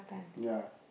ya